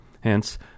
Hence